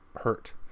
hurt